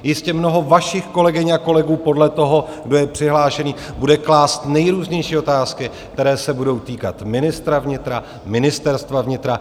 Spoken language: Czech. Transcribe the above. Jistě mnoho vašich kolegyň a kolegů podle toho, kdo je přihlášený, bude klást nejrůznější otázky, které se budou týkat ministra vnitra, Ministerstva vnitra.